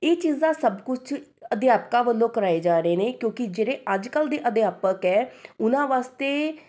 ਇਹ ਚੀਜ਼ਾਂ ਸਭ ਕੁਝ ਅਧਿਆਪਕਾਂ ਵੱਲੋਂ ਕਰਾਏ ਜਾ ਰਹੇ ਨੇ ਕਿਉਂਕਿ ਜਿਹੜੇ ਅੱਜ ਕੱਲ੍ਹ ਦੇ ਅਧਿਆਪਕ ਹੈ ਉਹਨਾਂ ਵਾਸਤੇ